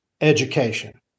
education